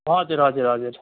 हजुर हजुर हजुर